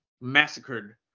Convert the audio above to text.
massacred